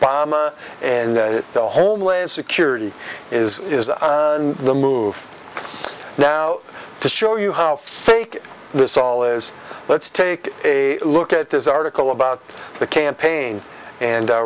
obama and the homeland security is on the move now to show you how fake this all is let's take a look at this article about the campaign and